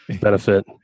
benefit